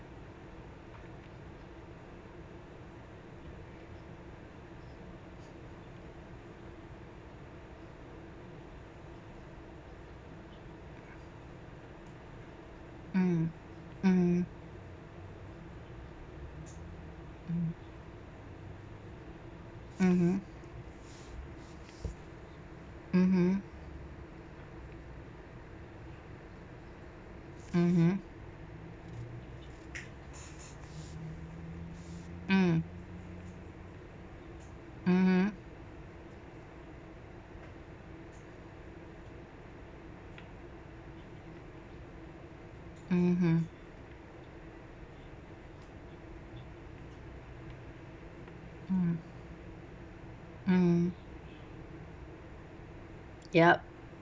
mm mmhmm mm mmhmm mmhmm mmhmm mm mmhmm mmhmm mm mm yup